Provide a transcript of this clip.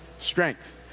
strength